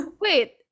wait